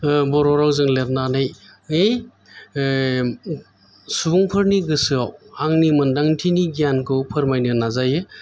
बर' रावजों लिरनानै है सुबुंफोरनि गोसोआव आंनि मोनदांथिनि गियानखौ फोरमायनो नाजायो